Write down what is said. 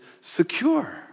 secure